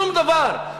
שום דבר.